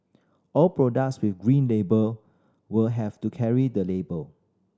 all products with Green Label will have to carry the label